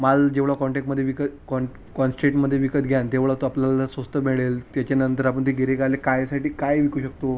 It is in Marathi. माल जेवढा कॉन्टेकमध्ये विक कॉन कॉन्चेटमध्ये विकत घ्याल तेवढं तो आपल्याला स्वस्त मिळेल त्याच्यानंतर आपण त्या गिऱ्हाईकाला कायसाठी काय विकू शकतो